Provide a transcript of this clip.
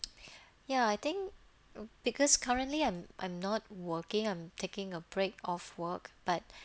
ya I think because currently I'm I'm not working I'm taking a break off work but